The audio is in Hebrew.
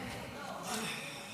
אמר ככה: "שריִך סוררים וחברי גנבים